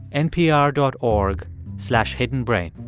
npr dot org slash hiddenbrain.